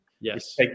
Yes